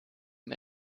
ihm